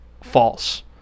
false